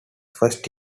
first